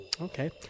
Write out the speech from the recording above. Okay